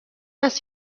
است